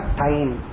time